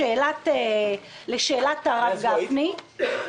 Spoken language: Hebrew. לשאלת הרב גפני,